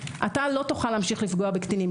אתה לא תוכל להמשיך לפגוע בקטינים,